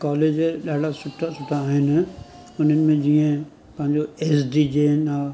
college ॾाढा सुठा सुठा आहिनि उन्हनि में जीअं पंहिंजो एस डी जैन आहे